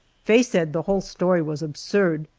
faye said the whole story was absurd,